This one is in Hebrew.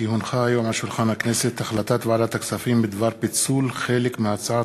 כי הונחה היום על שולחן הכנסת החלטת ועדת הכספים בדבר פיצול חלק מהצעת